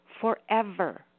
forever